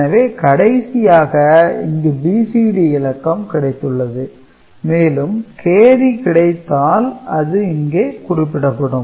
எனவே கடைசியாக இங்கு BCD இல்லக்கம் கிடைத்துள்ளது மேலும் கேரி கிடைத்தால் அது இங்கே குறிப்பிடப்படும்